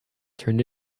turned